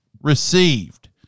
received